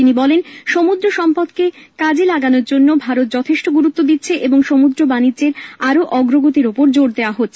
তিনি বলেন সমুদ্র সম্পদকে কাজে লাগানোর জন্য ভারত যথেষ্ট গুরুত্ব দিচ্ছে এবং সমুদ্র বাণিজ্যের আরো অগ্রগতির ওপর জোর দেওয়া হচ্ছে